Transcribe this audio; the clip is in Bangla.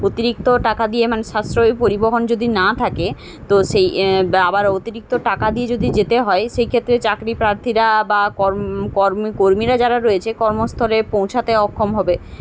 অতিরিক্ত টাকা দিয়ে মানে সাশ্রয়ী পরিবহন যদি না থাকে তো সেই আবার অতিরিক্ত টাকা দিয়ে যদি যেতে হয় সেই ক্ষেত্রে চাকরি প্রার্থীরা বা কর্ম কর্মী কর্মীরা যারা রয়েছে কর্মস্থলে পৌঁছাতে অক্ষম হবে